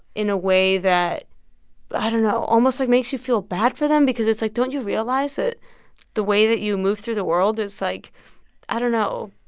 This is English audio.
in a way that i don't know almost, like, makes you feel bad for them because it's like, don't you realize that the way that you move through the world is, like i don't know.